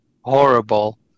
horrible